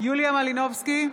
יוליה מלינובסקי,